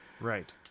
Right